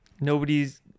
Nobody's